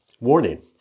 Warning